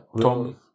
Tom